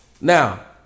Now